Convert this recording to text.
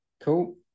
cool